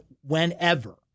whenever